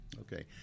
Okay